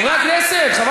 חבר הכנסת חזן.